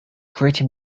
written